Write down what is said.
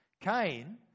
Cain